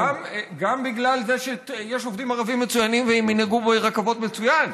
גם בגלל זה שיש עובדים ערבים מצוינים והם ינהגו ברכבות מצוין,